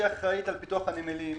שאחראית על פיתוח הנמלים.